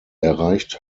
erreicht